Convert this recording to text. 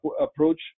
approach